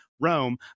Rome